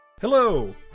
Hello